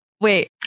Wait